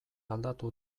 aldatu